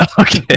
Okay